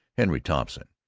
henry thompson.